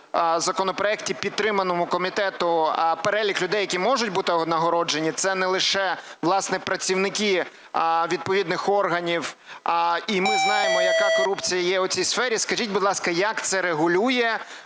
в законопроекті, підтриманому комітетом, перелік людей, які можуть бути нагороджені, це не лише, власне, працівники відповідних органів, і ми знаємо, яка корупція є у цій сфері. Скажіть, будь ласка, як це регулює